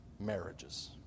marriages